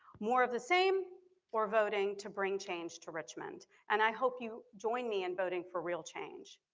more of the same or voting to bring change to richmond and i hope you join me in voting for real change.